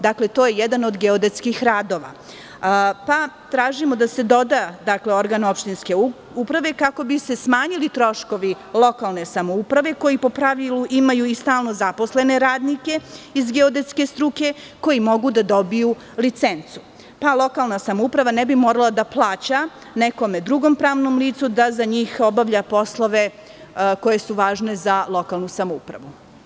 Dakle, to je jedan od geodetskih radova, pa tražimo da se doda – organ opštinske uprave, kako bi se smanjili troškovi lokalne samouprave koji, po pravilu, imaju i stalno zaposlene radnike iz geodetske struke, koji mogu da dobiju licencu, pa lokalna samouprava ne bi morala da plaća nekom drugom pravnom licu da za njih obavlja poslove koji su važni za lokalnu samoupravu.